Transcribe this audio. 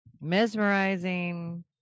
Mesmerizing